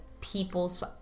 people's